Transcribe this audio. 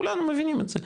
כולנו מבינים את זה,